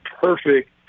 perfect